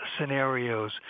scenarios